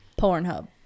Pornhub